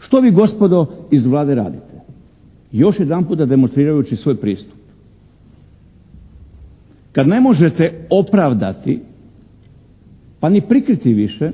Što vi gospodo iz Vlade radite, još jedan puta demonstrirajući svoj pristup? Kad ne možete opravdati pa ni prikriti više